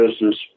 business